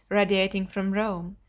radiating from rome,